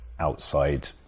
outside